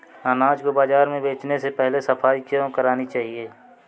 अनाज को बाजार में बेचने से पहले सफाई क्यो करानी चाहिए?